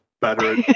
better